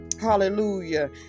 Hallelujah